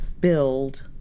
build